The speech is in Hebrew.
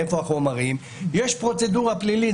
מאיפה החומרים?" יש פרוצדורה פלילית,